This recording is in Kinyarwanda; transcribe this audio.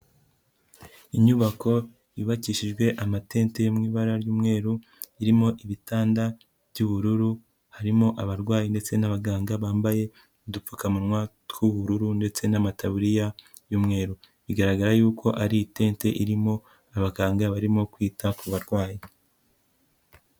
Inyubako yubakishijwe amatente yo mu ibara ry'umweru, irimo ibitanda by'ubururu, harimo abarwayi ndetse n'abaganga bambaye udupfukamunwa tw'ubururu, ndetse n'amataburiya y'umweru, bigaragara y'uko ari itente irimo abaganga barimo kwita ku barwayi.